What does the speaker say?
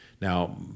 Now